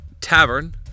tavern